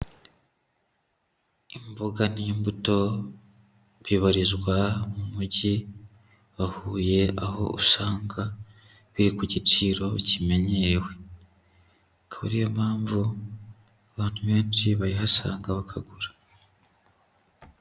Imboga n'imbuto bibarizwa mu mujyi wa Huye, aho usanga biri ku giciro kimenyerewe, akaba ari yo mpamvu abantu benshi bayihasanga bakagura.